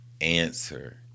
answer